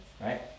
Right